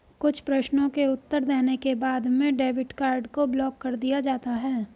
कुछ प्रश्नों के उत्तर देने के बाद में डेबिट कार्ड को ब्लाक कर दिया जाता है